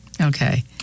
Okay